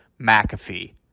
McAfee